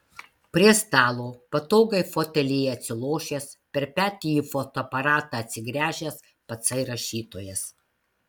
prie stalo patogiai fotelyje atsilošęs per petį į fotoaparatą atsigręžęs patsai rašytojas